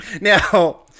now